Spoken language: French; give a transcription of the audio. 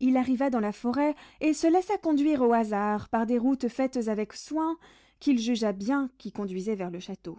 il arriva dans la forêt et se laissa conduire au hasard par des routes faites avec soin qu'il jugea bien qui conduisaient vers le château